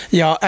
ja